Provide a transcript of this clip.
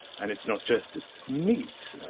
and, it's not just meat